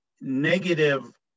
negative